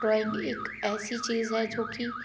drawing एक ऐसी चीज है जो कि